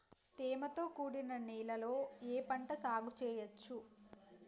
తేమతో కూడిన నేలలో ఏ పంట సాగు చేయచ్చు?